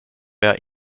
jag